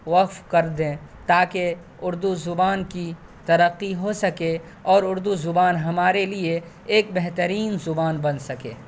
وقف کر دیں تاکہ اردو زبان کی ترقی ہو سکے اور اردو زبان ہمارے لیے ایک بہترین زبان بن سکے